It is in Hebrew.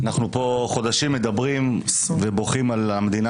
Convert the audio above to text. אנחנו פה חודשים מדברים ובוכים על המדינה